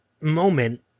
moment